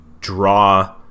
draw